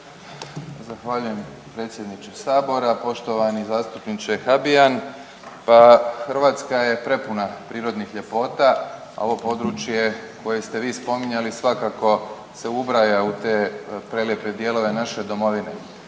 Zahvaljujem predsjedniče Sabora, poštovani zastupniče Habijan. Pa Hrvatska je prepuna prirodnih ljepota. Ovo područje koje ste vi spominjali svakako se ubraja u te prelijepe dijelove naše Domovine.